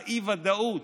האי-ודאות,